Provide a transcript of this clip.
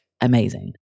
amazing